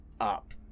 up